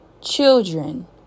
children